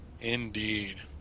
Indeed